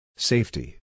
Safety